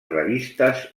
revistes